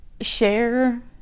share